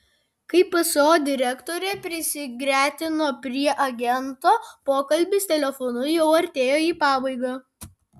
kai pso direktorė prisigretino prie agento pokalbis telefonu jau artėjo į pabaigą